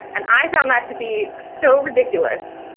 and i found that to be so ridiculous.